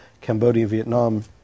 Cambodia-Vietnam